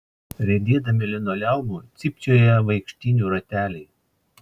riedėdami linoleumu cypčioja vaikštynių rateliai